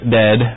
dead